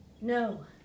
No